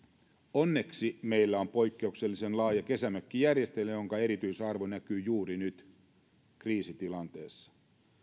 onneksi meillä on poikkeuksellisen laaja kesämökkijärjestelmä jonka erityisarvo näkyy juuri nyt kriisitilanteessa